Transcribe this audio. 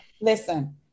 listen